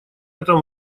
этом